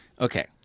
Okay